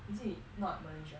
is it not malaysia